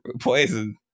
poison